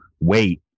wait